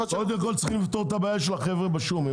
קודם כל צריכים לפתור את הבעיה של החבר'ה בשום.